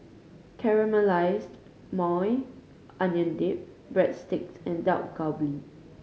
Caramelized Maui Onion Dip Breadsticks and Dak Galbi